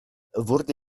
wurde